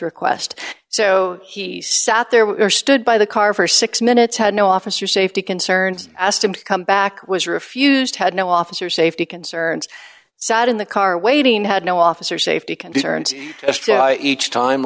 request so he sat there were stood by the car for six minutes had no officer safety concerns asked him to come back was refused had no officer safety concerns sat in the car waiting had no officer safety concerns as to each time